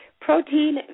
Protein